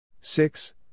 Six